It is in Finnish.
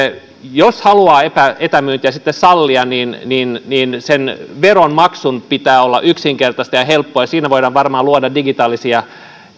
jos haluaa etämyyntiä sitten sallia niin niin sen veron maksun pitää olla yksinkertaista ja helppoa ja siinä voidaan varmaan luoda digitaalisia